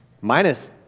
minus